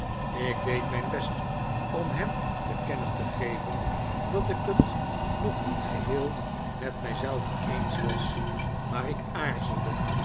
ik deed myn best om hem te kennen te geven dat ik het nog niet geheel met mij zelve eens was maar ik aarzelde